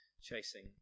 chasing